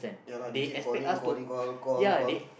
ya lah they keep calling calling call call call